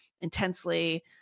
intensely